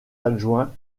adjoints